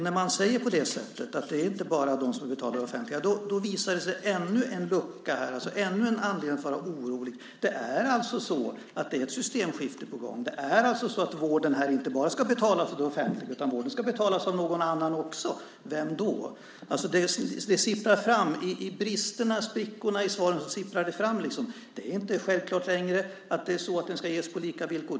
När man säger att det inte bara handlar om det som betalas av det offentliga visar sig ännu en lucka, ännu en anledning att vara orolig. Det är ett systemskifte på gång. Vården ska alltså inte enbart betalas av det offentliga utan också av någon annan. Vem då? Genom bristerna och sprickorna i svaren sipprar det fram att det inte längre är självklart att vården ska ges på lika villkor.